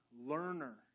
learner